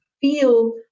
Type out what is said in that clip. feel